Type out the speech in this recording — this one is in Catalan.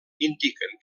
indiquen